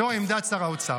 זו עמדת שר האוצר.